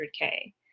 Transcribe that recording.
100k